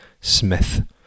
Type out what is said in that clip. Smith